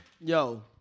Yo